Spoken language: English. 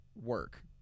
work